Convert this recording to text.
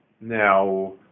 Now